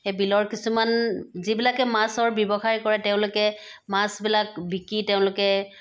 সেই বিলৰ কিছুমান যিবিলাকে মাছৰ ব্যৱসায় কৰে তেওঁবিলাকে মাছবিলাক বিকি তেওঁলোকে